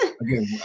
Again